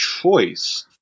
choice